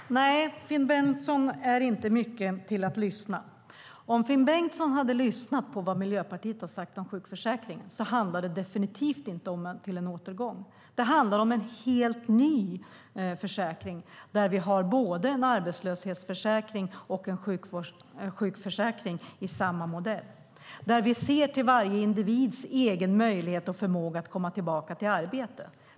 Herr talman! Nej, Finn Bengtsson är inte mycket för att lyssna. Om Finn Bengtsson hade lyssnat på vad Miljöpartiet har sagt om sjukförsäkringen hade han vetat att det definitivt inte handlar om en återgång, utan det handlar om en helt ny försäkring, där vi har både en arbetslöshetsförsäkring och en sjukförsäkring i samma modell och där vi ser till varje individs egen möjlighet och förmåga att komma tillbaka till arbete.